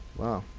wow,